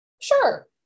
Sure